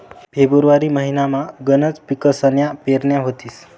February महिनामा गनच पिकसन्या पेरण्या व्हतीस